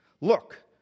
Look